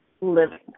living